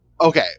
Okay